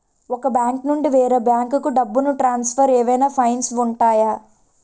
ఒక బ్యాంకు నుండి వేరే బ్యాంకుకు డబ్బును ట్రాన్సఫర్ ఏవైనా ఫైన్స్ ఉంటాయా?